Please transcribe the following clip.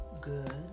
good